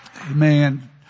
Amen